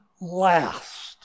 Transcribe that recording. last